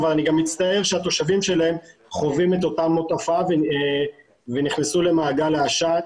אבל אני גם מצטער שהתושבים שלהם חווים את אותה תופעה ונכנסו למעגל העשן.